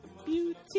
Beauty